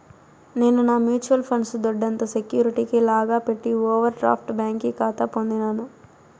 నేను నా mutual funds దొడ్డంత సెక్యూరిటీ లాగా పెట్టి ఓవర్ డ్రాఫ్ట్ బ్యాంకి కాతా పొందినాను